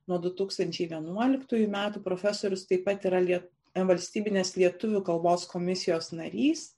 nuo du tūkstančiai vienuoliktųjų metų profesorius taip pat yra liet valstybinės lietuvių kalbos komisijos narys